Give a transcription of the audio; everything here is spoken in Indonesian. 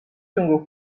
sungguh